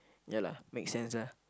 ya lah make sense ah